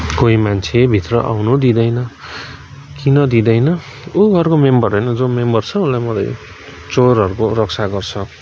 कोही मान्छे भित्र आउनु दिँदैन किन दिँदैन उ घरको मेम्बर होइन जो घरको मेम्बर छ उसलाई मात्रै चोरहरूको रक्षा गर्छ